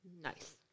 Nice